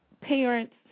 parents